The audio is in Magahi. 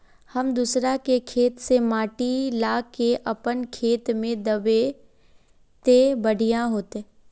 हम दूसरा के खेत से माटी ला के अपन खेत में दबे ते बढ़िया होते?